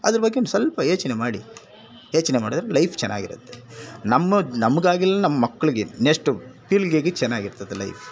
ಅದರ ಬಗ್ಗೆ ಒಂದು ಸ್ವಲ್ಪ ಯೋಚ್ನೆ ಮಾಡಿ ಯೋಚ್ನೆ ಮಾಡಿದ್ರೆ ಲೈಫ್ ಚೆನ್ನಾಗಿ ಇರುತ್ತೆ ನಮ್ಮ ನಮಗಾಗಿಲ್ಲ ನಮ್ಮ ಮಕ್ಳಿಗೆ ನೆಕ್ಷ್ಟು ಪೀಳಿಗೆಗೆ ಚೆನ್ನಾಗಿ ಇರ್ತದೆ ಲೈಫ್